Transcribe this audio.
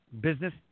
business